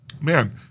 man